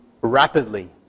rapidly